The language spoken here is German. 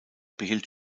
behielt